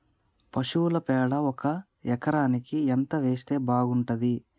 పశువుల పేడ ఒక ఎకరానికి ఎంత వేస్తే బాగుంటది?